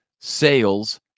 sales